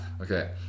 Okay